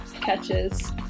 catches